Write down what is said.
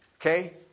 Okay